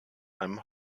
einem